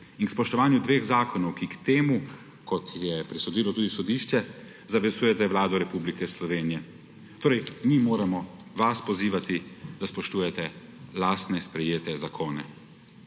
in k spoštovanju dveh zakonov, ki k tem, kot je presodilo tudi sodišče, zavezuje vlado Republike Slovenije, torej mi moramo vas pozivati, da spoštujete lastne sprejete zakone.